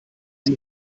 sie